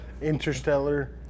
Interstellar